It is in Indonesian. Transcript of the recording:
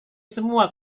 semua